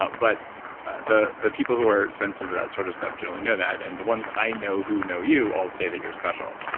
but but the the people who are sensitive to that sort of stuff generally know that and the ones i know who know you all say that you're special.